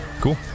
Cool